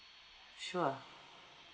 sure